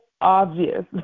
obvious